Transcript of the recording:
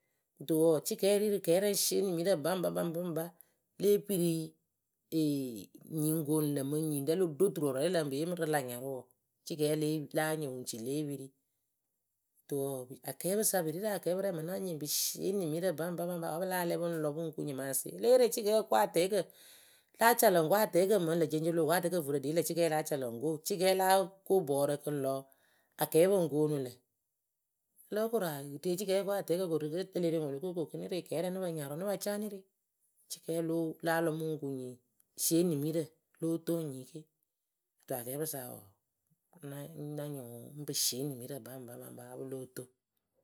Kɨto wɔɔ cɩkɛɛ ri rɨ kɛɛ rɛŋ ŋ sieni nimirǝ baŋba baŋba baŋba. le piri, nyiyǝ ŋ koonu lǝ mɨŋ nyirɛ lo ɖo turɔɔrɔrɛŋ lǝ pǝ ŋ yemɨ rɨ lä nyarʊ wɔɔ cɩkɛɛ le la nyɩŋ wɨ ŋ ci lée piri ŋwɨ Kɨto wɔɔ akɛɛpɨsa pɨri rɨ akɛɛpɨ rɛŋ mɨŋ na nyɩŋ pɨ sieni nimirǝ baŋba baŋba wǝ pɨ láa lɛ pɨŋ lɔ pɨŋ ku nyɩmasɩ E lée re cikɛɛ oko atɛɛkǝ láa ca lǝ ŋko atɛɛkǝ mɨŋ lǝceŋceŋ o lóo ko atɛɛkǝ vurǝ lée yelǝ la calǝ ŋ ko cɩkɛɛ la ko bɔɔrǝ kɨŋ lɔ akɛɛpǝ ŋ koonu lǝ. ǝlo kora re cɩkɛɛ nɨ ko atɛɛkǝ rɨ we elere ŋwɨ olo ko ko wɔɔ kɨ nɨ re kɛɛ nɨ pɨ nɨ pa ca nɨ ri. cikɛɛ lo la lɔ mɨŋ ku nyi. Sieni nimirǝ lóo toŋ nyi ke. Kɨto akkɛɛpɨsa we, ŋ na nyɩŋ wʊ ŋ pɨ sieni nimirǝ baŋba baŋba wǝ pɨ lóo toŋ.